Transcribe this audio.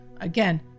Again